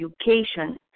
education